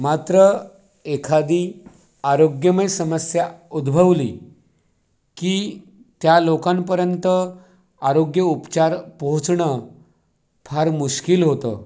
मात्र एखादी आरोग्यमय समस्या उद्भवली की त्या लोकांपर्यंत आरोग्य उपचार पोहोचणं फार मुश्किल होतं